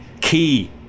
Key